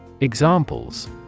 Examples